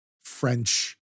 French